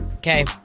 Okay